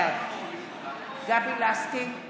בעד גבי לסקי,